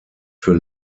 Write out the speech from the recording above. für